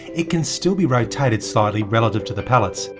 it can still be rotated slightly relative to the pallets,